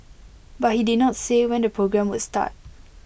but he did not say when the programme would start